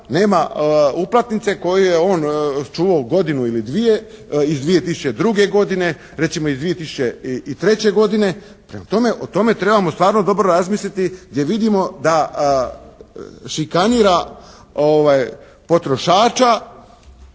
nema uplatnice koju je on čuvao godinu ili dvije, iz 2002. godine, recimo iz 2003. godine. Prema tome, o tome trebamo stvarno dobro razmisliti jer vidimo da šikanira potrošača,